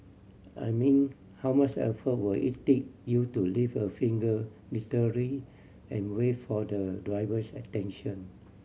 I mean how much effort would it take you to lift a finger literary and wave for the driver's attention